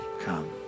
come